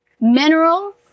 minerals